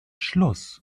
schloss